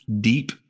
deep